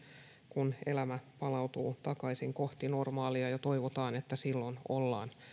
kun elämä palautuu takaisin kohti normaalia ja toivotaan että silloin ollaan